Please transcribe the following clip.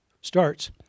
starts